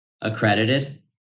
accredited